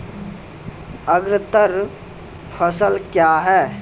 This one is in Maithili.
अग्रतर फसल क्या हैं?